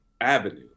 avenue